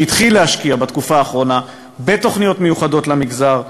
שהתחיל להשקיע בתקופה האחרונה בתוכניות מיוחדות למגזר,